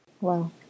Wow